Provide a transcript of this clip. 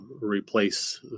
replace